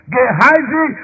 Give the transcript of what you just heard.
Gehazi